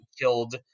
killed